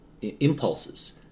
impulses